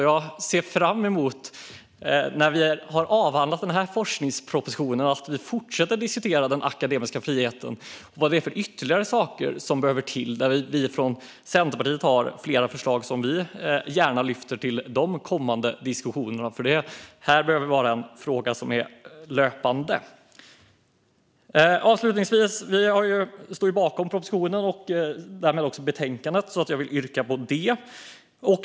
Jag ser fram emot att vi, när vi har avhandlat forskningspropositionen, ska fortsätta att diskutera den akademiska friheten och vilka ytterligare saker som behövs. Där har vi i Centerpartiet flera förslag som vi gärna lyfter upp i kommande diskussioner, för det här är en fråga som vi behöver ta upp löpande. Avslutningsvis står vi bakom propositionen och därmed också betänkandet, och jag vill yrka bifall till utskottets förslag.